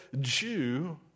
Jew